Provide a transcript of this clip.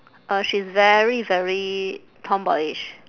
uh she's very very tomboyish